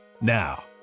Now